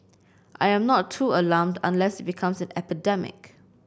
I'm not too alarmed unless it becomes an epidemic